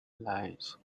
lights